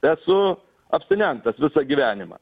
esu abstinentas visą gyvenimą